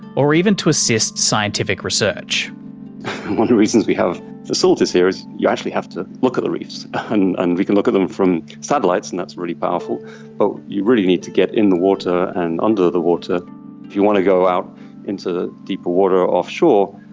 or even to assist scientific research. one of the reasons we have facilities here is you actually have to look at the reefs and and we can look at them from satellites and that's really powerful but you really need to get in the water and under the water. if you want to go out into deeper water offshore,